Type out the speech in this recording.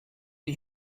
die